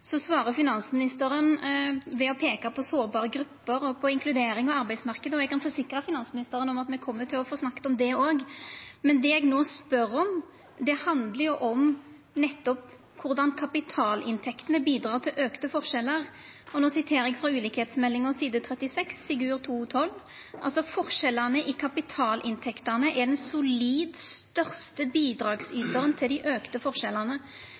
svarer finansministeren ved å peika på sårbare grupper og på inkludering i arbeidsmarknaden, og eg kan forsikra finansministeren om at me kjem til å få snakka om det òg. Men det eg no spør om, handlar om korleis kapitalinntektene bidreg til auka forskjellar, og no refererer eg til ulikskapsmeldinga, side 36, figur 2.12: Forskjellane i kapitalinntektene er den solid største bidragsytaren til dei økte forskjellane.